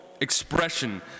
expression